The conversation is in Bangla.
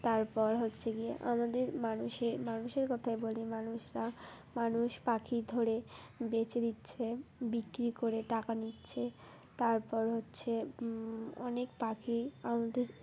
তারপর হচ্ছে গিয়ে আমাদের মানুষের মানুষের কথাই বলি মানুষরা মানুষ পাখি ধরে বেচে দিচ্ছে বিক্রি করে টাকা নিচ্ছে তারপর হচ্ছে অনেক পাখি আমাদের